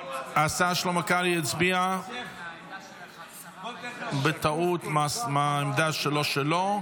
השר שלמה קרעי הצביע בטעות מעמדה שלא שלו,